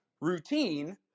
routine